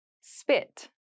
Spit